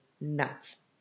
nuts